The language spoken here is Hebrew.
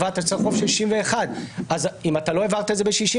אז אם אתה לא העברת את זה ב-61,